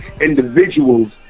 individuals